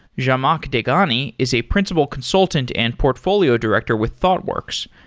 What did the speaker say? zhamak dehghani is a principal consultant and portfolio director with thoughtworks,